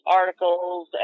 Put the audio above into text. articles